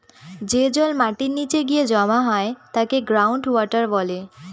যে জল মাটির নীচে গিয়ে জমা হয় তাকে গ্রাউন্ড ওয়াটার বলে